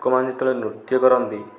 ଲୋକମାନେ ଯେତେବେଳେ ନୃତ୍ୟ କରନ୍ତି